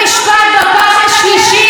כשבית המשפט, בפעם השלישית,